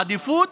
העדיפות,